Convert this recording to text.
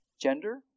gender